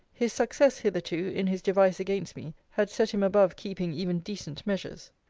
his success hitherto, in his device against me, had set him above keeping even decent measures.